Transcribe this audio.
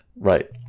right